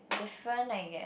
different I guess